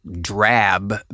drab